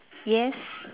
yes